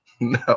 No